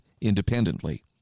independently